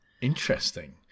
Interesting